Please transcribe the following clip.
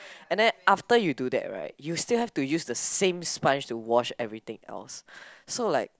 and then after you do that right you still have to use the same sponge to wash everything else so like